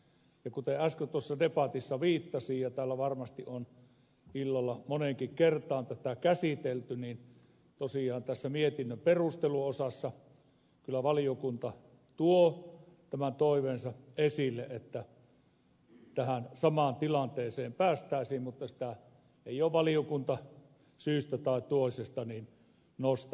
ja kuten äsken tuossa debatissa viittasin ja täällä varmasti on illalla moneenkin kertaan tätä käsitelty tosiaan tässä mietinnön perusteluosassa valiokunta kyllä tuo tämän toiveensa esille että tähän samaan tilanteeseen päästäisiin mutta sitä ei ole valiokunta syystä tai toisesta nostanut lausumatasolle